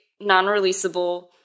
non-releasable